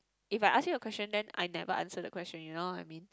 if I ask you a question then I never answer the question you know what I mean